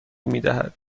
میدهد